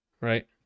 Right